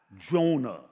Jonah